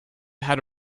had